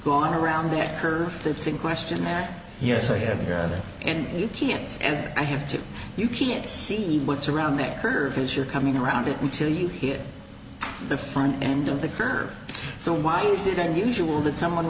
gone around that curve that's in question and yes i have granite and you can't and i have to you can't see what's around that curve as you're coming around it until you hit the front end of the curve so why is it unusual that someone